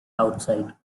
outside